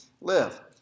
live